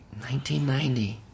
1990